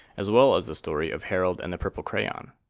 as well as the story of harold and the purple crayon.